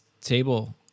table